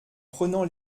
prenant